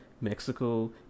Mexico